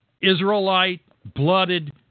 Israelite-blooded